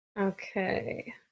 Okay